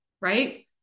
Right